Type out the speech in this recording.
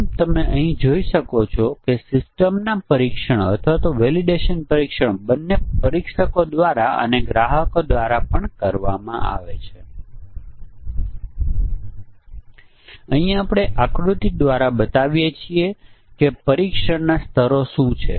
તેથી અહીં પરીક્ષણના જરૂરી કેસોની સંખ્યા ઘણી છે કારણ કે આપણી પાસે 1 0 અને અહી 0 1 0 1 છે